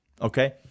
Okay